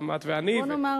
את ואני,